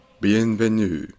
Bienvenue